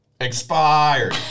Expired